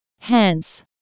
hence